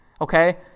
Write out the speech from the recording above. Okay